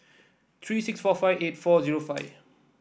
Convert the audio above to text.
three six four five eight four zero five